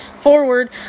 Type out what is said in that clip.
forward